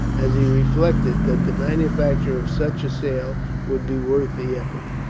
as he reflected, that the manufacture of such a sail would be worth the effort